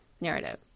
narrative